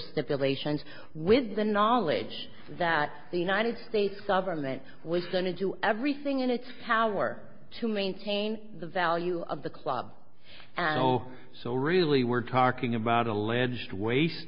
stipulations with the knowledge that the united states government was sent to do everything in its power to maintain the value of the club no so really we're talking about alleged waste